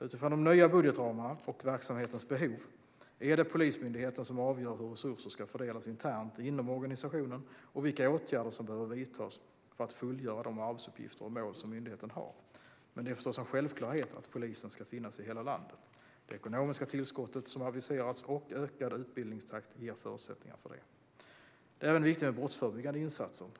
Utifrån de nya budgetramarna och verksamhetens behov är det Polismyndigheten som avgör hur resurser ska fördelas internt inom organisationen och vilka åtgärder som behöver vidtas för att fullgöra de arbetsuppgifter och mål som myndigheten har. Men det är förstås en självklarhet att polisen ska finnas i hela landet. Det ekonomiska tillskottet som aviserats och ökad utbildningstakt ger förutsättningar för det. Det är även viktigt med brottsförebyggande insatser.